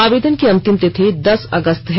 आवेदन की अंतिम तिथि दस अगस्त है